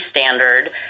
standard